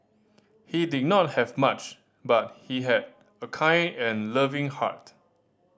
he did not have much but he had a kind and loving heart